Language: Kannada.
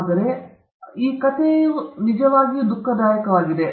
ಆದರೆ ಕಥೆಯ ಅಂತ್ಯವು ನಿಜವಾಗಿಯೂ ದುಃಖವಾಗಿದೆ